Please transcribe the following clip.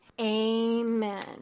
Amen